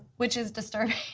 which is disturbing.